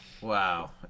Wow